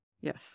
Yes